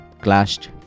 clashed